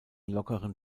lockeren